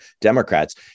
Democrats